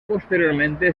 posteriormente